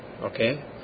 Okay